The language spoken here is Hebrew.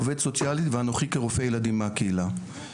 עובד סוציאלי ואנוכי כרופא ילדים מהקהילה.